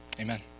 Amen